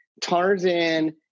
Tarzan